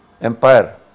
empire